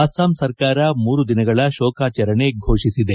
ಅಸ್ಲಾಂ ಸರ್ಕಾರ ಮೂರು ದಿನಗಳ ಶೋಕಾಚರಣೆ ಘೋಷಿಸಿದೆ